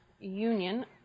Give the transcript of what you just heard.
union